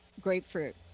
grapefruit